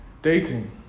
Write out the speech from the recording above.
Dating